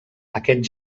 aquest